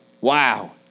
Wow